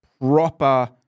proper